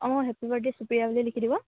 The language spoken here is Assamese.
অঁ হেপী বাৰ্থডে সুপ্ৰিয়া বুলি লিখি দিব